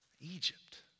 Egypt